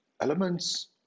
elements